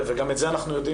גם את זה אנחנו יודעים,